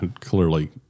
Clearly